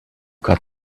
got